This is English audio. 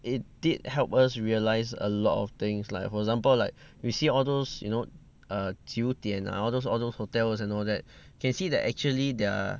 it did help us realize a lot of things like for example like you see all those you know err 酒店 ah all those all those hotels and all that can see that actually their